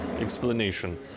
explanation